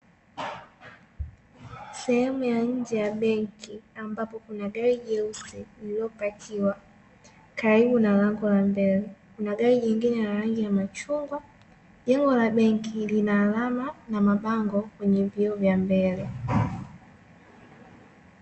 Sehemu ya nje ya benki ambayo kuna gari jeusi lililopakiwa karibu na lango la mbele, kuna gari jingine la rangi ya chungwa. Jengo la benki lina alama na mabango yenye vioo vya mbele.